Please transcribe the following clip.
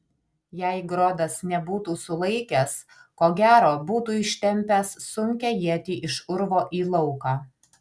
jei grodas nebūtų sulaikęs ko gero būtų ištempęs sunkią ietį iš urvo į lauką